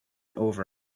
over